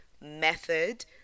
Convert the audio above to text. method